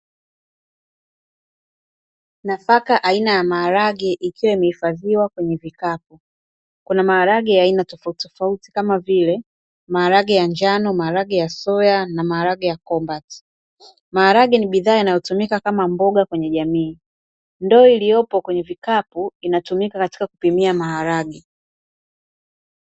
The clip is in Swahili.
Nafaka aina ya maharage ikiwa imehifadhiwa kwenye vikapu, kuna maharage ya aina tofauti tofauti kama vile maharage ya njano, maharage ya soya na maharage ya kombati. Maharage ni bidhaa inayotumika kama mboga kwenye jamii, ndoo iliyopo kwenye vikapu inatumika katika kupimia maharage.